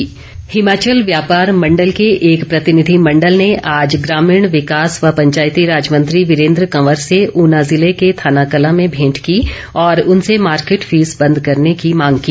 वीरेंद्र कंवर हिमाचल व्यापार मंडल के एक प्रतिनिधिमंडल ने आज ग्रामीण विकास व पंचायतीराज मंत्री वीरेंद्र कंवर से ऊना ज़िले के थनाकला में भेंट की और उनसे मार्केट फीस बंद करने की मांग की